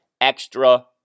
extra